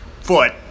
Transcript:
foot